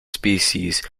species